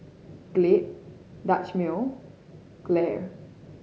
Glade Dutch Mill Gelare